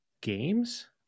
games